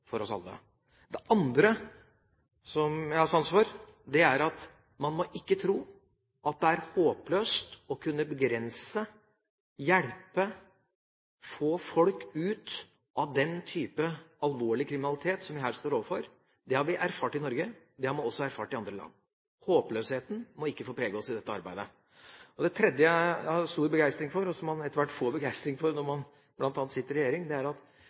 for oss alle. Det andre som jeg har sans for, er at man ikke må tro at det er håpløst når det gjelder å begrense, hjelpe, få folk ut av den type alvorlig kriminalitet som vi her står overfor. Det har vi erfart i Norge. Det har man også erfart i andre land. Håpløsheten må ikke få prege oss i dette arbeidet. Det tredje jeg har stor begeistring for, og som man etter hvert får begeistring for, bl.a. når man sitter i regjering, er at